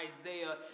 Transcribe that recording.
Isaiah